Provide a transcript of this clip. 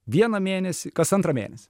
vieną mėnesį kas antrą mėnesį